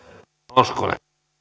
arvoisa herra